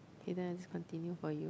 continue for you